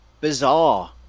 bizarre